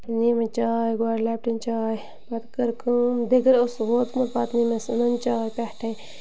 نی مےٚ چاے گۄڈٕ لیٚپٹَن چاے پَتہٕ کٔر کٲم دِگر اوس ووتمُت پَتہٕ نی مےٚ سُہ نُنہٕ چاے پٮ۪ٹھَے